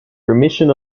remission